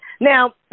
Now